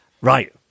right